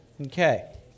Okay